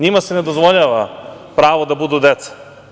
Njima se ne dozvoljava pravo da budu deca.